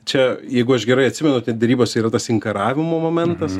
čia jeigu aš gerai atsimenu ten derybose yra tas inkaravimo momentas